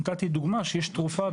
נתתי דוגמה לתרופה,